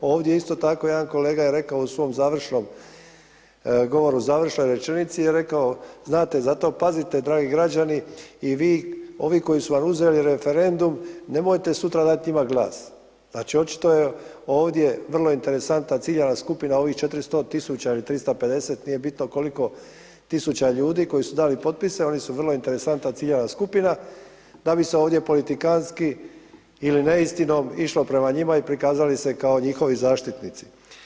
Ovdje isto tako, jedan kolega je rekao u svom završnom govoru, u završnoj rečenici je rekao, znate, zato pazite dragi građani i vi, ovi koji su vam uzeli referendum, nemojte sutra dat njima glas, znači, očito je ovdje vrlo interesantna ciljana skupina ovih 400 000 ili 350, nije bitno koliko tisuća ljudi koji su dali potpise, oni su vrlo interesantna ciljana skupina, da bi se ovdje politikanski ili neistinom išla prema njima i prikazali se kao njihovi zaštitnici.